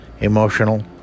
emotional